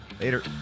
later